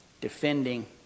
defending